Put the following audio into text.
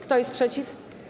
Kto jest przeciw?